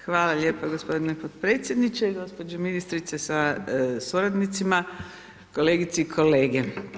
Hvala lijepo g. potpredsjedniče, gđa ministrice sa suradnicima, kolegice i kolege.